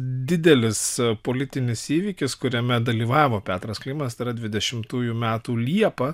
didelis politinis įvykis kuriame dalyvavo petras klimas tai yra dvidešimtųjų metų liepa